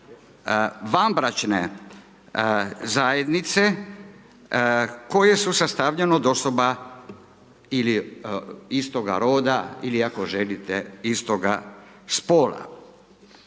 vanbračne zajednice koje su sastavljene od osoba ili istoga roda ili ako želite istoga spola.